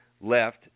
Left